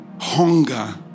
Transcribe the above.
hunger